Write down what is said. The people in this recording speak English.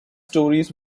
stories